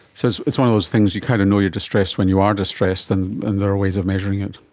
so it's one of those things, you kind of know you are distressed when you are distressed and and there are ways of measuring it.